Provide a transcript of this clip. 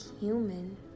human